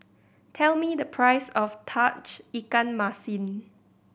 tell me the price of Tauge Ikan Masin